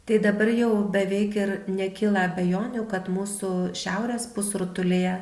tai dabar jau beveik ir nekyla abejonių kad mūsų šiaurės pusrutulyje